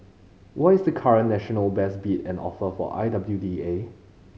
what is the current national best bid and offer for I W D A